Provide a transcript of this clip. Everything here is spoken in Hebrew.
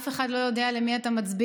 אף אחד לא יודע למי אתה מצביע,